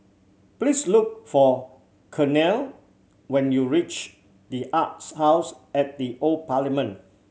please look for Kenia when you reach The Arts House at the Old Parliament